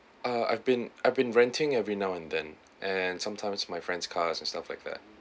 uh I've been I've been renting every now and then and sometimes my friends cars and stuff like that